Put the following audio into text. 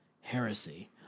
heresy